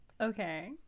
Okay